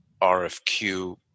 RFQ